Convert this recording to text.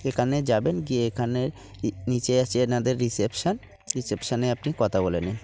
এখানে যাবেন গিয়ে এখানে নিচে আছে এনাদের রিসেপশন রিসেপশনে আপনি কথা বলে নিন